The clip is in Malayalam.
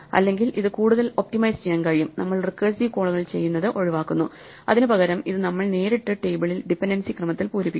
അല്ലെങ്കിൽ ഇത് കൂടുതൽ ഒപ്റ്റിമൈസ് ചെയ്യാൻ കഴിയും നമ്മൾ റിക്കേഴ്സീവ് കോളുകൾ ചെയ്യുന്നത് ഒഴിവാക്കുന്നു അതിനു പകരം ഇത് നമ്മൾ നേരിട്ട് ടേബിളിൽ ഡിപൻഡൻസി ക്രമത്തിൽ പൂരിപ്പിക്കുന്നു